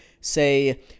say